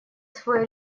свой